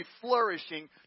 flourishing